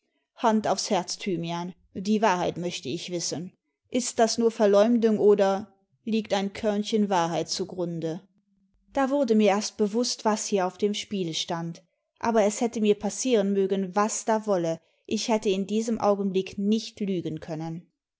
hand aufs herz thymian die wahrheit möchte ich wissen ist das nur verleumdung oder liegt ein körnchen wahrheit zugrunde da wurde mir erst bewußt was hier auf dem spiele stand aber es hätte mir passieren mögen was da wolle ich hätte in diesem augenblick nicht lügen können